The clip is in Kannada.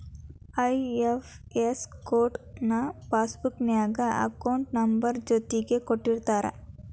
ಐ.ಎಫ್.ಎಸ್ ಕೊಡ್ ನ ಪಾಸ್ಬುಕ್ ನ್ಯಾಗ ಅಕೌಂಟ್ ನಂಬರ್ ಜೊತಿಗೆ ಕೊಟ್ಟಿರ್ತಾರ